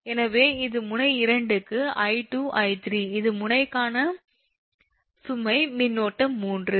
எனவே இது முனை 2 க்கு 𝐼2 𝐼3 இது முனைக்கான சுமை மின்னோட்டம் 3